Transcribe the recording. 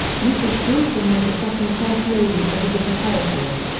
mrs. johnson was the second first lady to visit the territory.